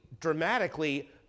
dramatically